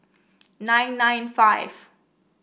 nine nine five